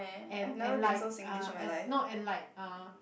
and and like uh and no and like uh